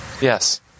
Yes